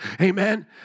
Amen